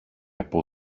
από